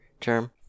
term